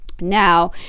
Now